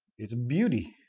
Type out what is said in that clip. it's beauty,